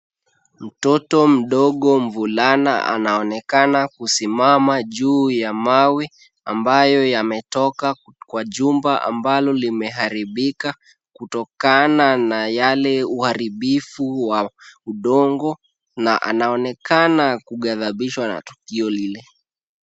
Mtoto mdogo mvulana anaonekana kusimama juu ya mawe, ambayo yametoka kwa jumba ambalo limeharibika, kutokana na yale uharibifu wa udongo na anaonekana kugadhabishwa na tukio lile.